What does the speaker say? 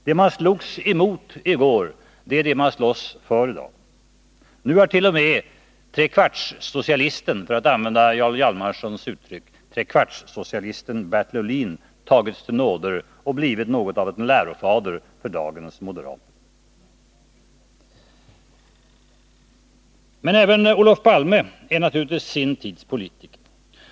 Det man slogs emot i går är det man slåss för i dag. Nu hart.o.m. trekvartssocialisten — för att använda Jarl Hjalmarsons uttryck — Bertil Ohlin tagits till nåder och blivit något av en lärofader för dagens moderater. Men även Olof Palme är naturligtvis sin tids politiker.